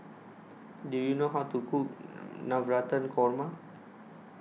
Do YOU know How to Cook Navratan Korma